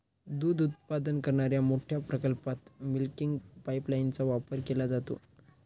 दूध उत्पादन करणाऱ्या मोठ्या प्रकल्पात मिल्किंग पाइपलाइनचा वापर केला जातो